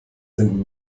sind